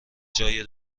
جای